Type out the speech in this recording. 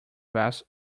vest